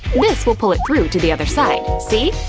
this will pull it through to the other side, see?